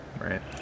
Right